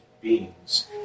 beings